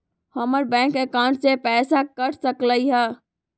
हमर bank account से पैसा कट सकलइ ह?